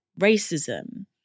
racism